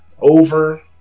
over